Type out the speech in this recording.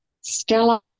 Stella